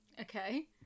Okay